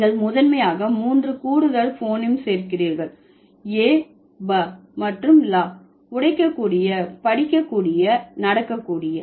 நீங்கள் முதன்மையாக மூன்று கூடுதல் போனீம் சேர்க்கிறீர்கள் a ba மற்றும் la உடைக்கக்கூடிய படிக்கக்கூடிய நடக்கக்கூடிய